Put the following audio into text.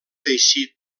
teixit